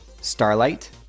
Starlight